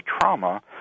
trauma